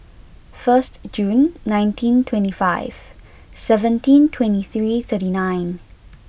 first June nineteen twenty five seventeen twenty three thirty nine